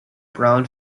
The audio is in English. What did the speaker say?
brown